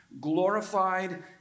glorified